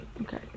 Okay